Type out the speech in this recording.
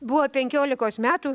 buvo penkiolikos metų